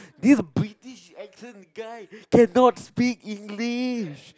this British accent guy cannot speak English